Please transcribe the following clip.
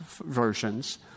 versions